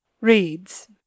Reads